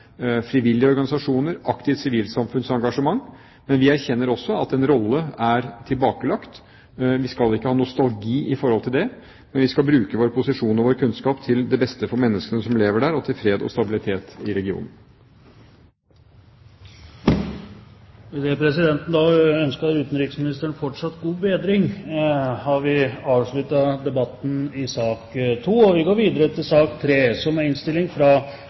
frivillige organisasjoner og aktivt sivilsamfunnsengasjement. Men vi erkjenner også at en rolle er tilbakelagt. Vi skal ikke ha nostalgi i forhold til det. Men vi skal bruke vår posisjon og vår kunnskap til det beste for menneskene som lever der og fred og stabilitet i regionen. Idet presidenten ønsker utenriksministeren fortsatt god bedring, har vi avsluttet debatten i sak nr. 2. Etter ønske fra familie- og kulturkomiteen vil presidenten foreslå at taletiden begrenses til